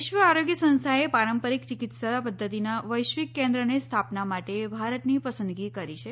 વિશ્વ આરોગ્ય સંસ્થાએ પારંપારીક ચિકિત્સા પધ્ધતિનાં વૈશ્વિક કેન્દ્રની સ્થાપનાં માટે ભારતની પસંદગી કરી છે